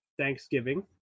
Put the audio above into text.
thanksgiving